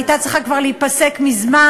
הייתה צריכה כבר להיפסק מזמן.